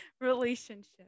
relationship